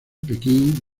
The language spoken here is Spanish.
pekín